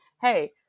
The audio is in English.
hey